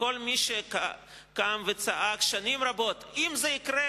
וכל מי שקם וצעק שנים רבות: אם זה יקרה,